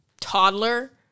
toddler